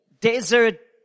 desert